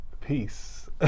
Peace